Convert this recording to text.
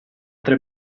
tre